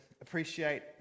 appreciate